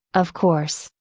of course,